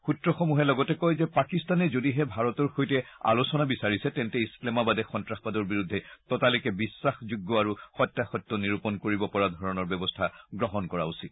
সূত্ৰসমূহে লগতে কয় যে পাকিস্তানে যদিহে ভাৰতৰ সৈতে আলোচনা বিচাৰিছে তেন্তে ইছলামাবাদে সন্ত্ৰাসবাদৰ বিৰুদ্ধে ততালিকে বিশ্বাসযোগ্য আৰু সত্যাসত্য নিৰূপণ কৰিব পৰা ধৰণৰ ব্যৱস্থা গ্ৰহণ কৰা উচিত